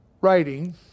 writing